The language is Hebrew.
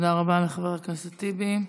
תודה רבה לחבר הכנסת טיבי.